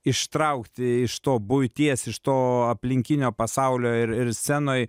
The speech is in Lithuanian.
ištraukti iš to buities iš to aplinkinio pasaulio ir ir scenoj